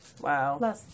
Wow